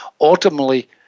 ultimately